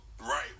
Right